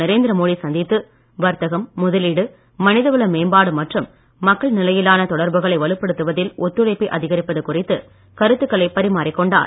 நரேந்திர மோடி சந்தித்து வர்த்தகம் முதலீடு மனித வள மேம்பாடு மற்றும் மக்கள் நிலையிலான தொடர்புகளை வலுப்படுத்துவதில் ஒத்துழைப்பை அதிகரிப்பது குறித்து கருத்துகளை பரிமாறிக் கொண்டார்